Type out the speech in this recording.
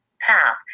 path